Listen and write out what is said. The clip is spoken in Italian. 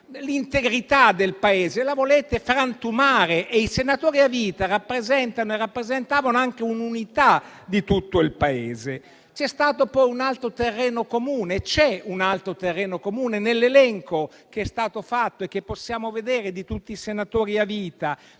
l'integrità del Paese la volete frantumare: e i senatori a vita rappresentano e rappresentavano anche un'unità di tutto il Paese. C'è stato poi un altro terreno comune. C'è un altro terreno comune, nell'elenco che è stato fatto e che possiamo vedere, di tutti i senatori a vita.